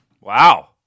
Wow